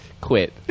quit